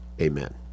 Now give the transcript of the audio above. amen